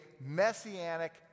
messianic